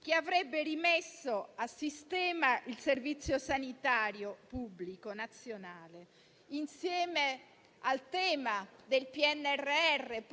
che avrebbe rimesso a sistema il Servizio sanitario pubblico, insieme al tema del PNNR,